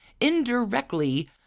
indirectly